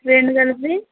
రెండు కలిపి